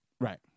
Right